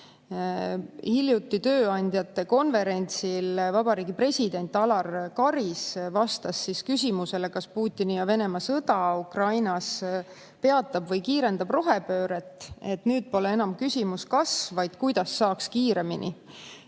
Hiljuti tööandjate konverentsil Vabariigi President Alar Karis vastas küsimusele, kas Putini ja Venemaa sõda Ukrainas peatab või kiirendab rohepööret, et nüüd pole enam küsimus, kas, vaid kuidas saaks kiiremini.